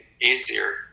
easier